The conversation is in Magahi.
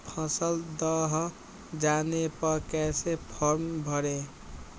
फसल दह जाने पर कैसे फॉर्म भरे?